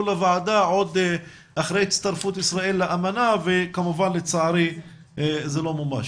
לוועדה עוד אחרי הצטרפות ישראל לאמנה וכמובן לצערי זה לא מומש.